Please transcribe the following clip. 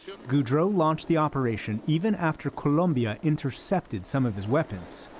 goudreau launched the operation even after colombia intercepted some of his weapons.